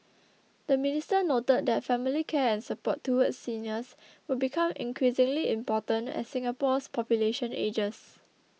the minister noted that family care and support towards seniors will become increasingly important as Singapore's population ages